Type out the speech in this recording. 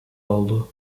oldu